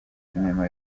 cinema